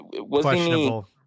Questionable